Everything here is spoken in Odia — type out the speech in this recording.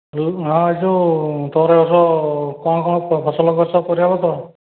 ହଁ ଏ ଯେଉଁ ତୋର ଏ ବର୍ଷ କ'ଣ କ'ଣ ଫସଲ କରିଛ ପରିବାପତ୍ର